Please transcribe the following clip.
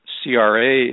CRA